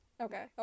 Okay